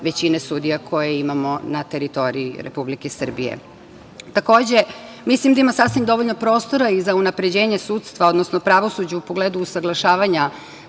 većine sudija koje imamo na teritoriji Republike Srbije. Takođe, mislim da ima sasvim dovoljno prostora i za unapređenje sudstva, odnosno pravosuđa, u pogledu usaglašavanja